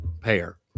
payer